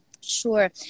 Sure